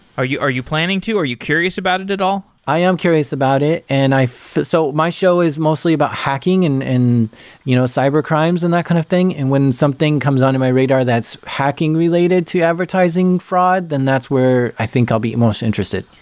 are you are you planning to? are you curious about it at all? i am curious about it and i so my show is mostly about hacking and you know cybercrimes and that kind of thing, and when something comes on to my radar that's hacking related to advertising fraud, then that's where i think i'll be most interested.